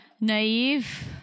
naive